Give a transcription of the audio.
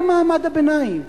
בוודאי במעמד הביניים,